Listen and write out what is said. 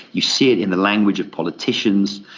you see it in the language of politicians.